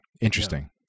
Interesting